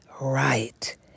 Right